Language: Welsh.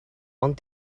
ond